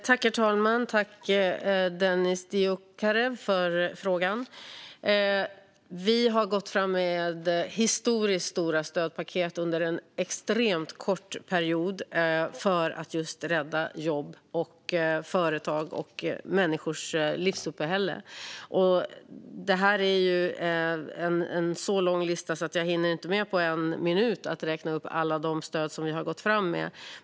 Herr talman! Jag tackar Dennis Dioukarev för frågan. Vi har gått fram med historiskt stora stödpaket under en extremt kort period för att just rädda jobb, företag och människors livsuppehälle. Det är en så lång lista att jag inte på en minut hinner räkna upp alla stöd som vi har gått fram med.